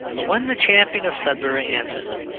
but when the champion of sudbury answers him,